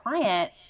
client